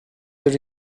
the